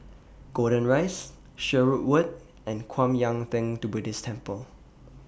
Golden Rise Sherwood Road and Kwan Yam Theng Buddhist Temple